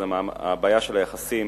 זו הבעיה של היחסים